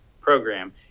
program